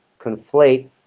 conflate